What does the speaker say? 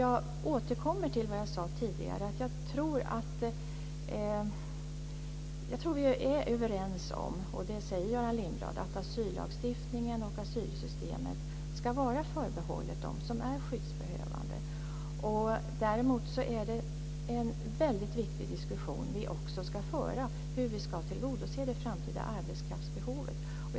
Jag återkommer till vad jag sade tidigare, att jag tror att vi är överens - och det säger också Göran Däremot är en väldigt viktig diskussion som vi också ska föra hur vi ska tillgodose det framtida arbetskraftsbehovet.